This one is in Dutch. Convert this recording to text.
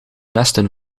westen